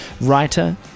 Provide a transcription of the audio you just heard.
writer